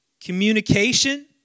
communication